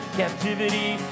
captivity